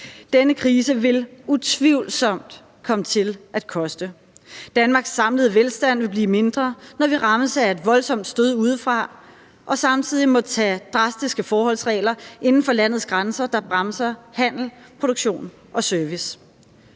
Denne krise vil utvivlsomt komme til at koste. Danmarks samlede velstand vil blive mindre, når vi rammes af et voldsomt stød udefra og samtidig må tage drastiske forholdsregler inden for landets grænser, der bremser handel, produktion og service.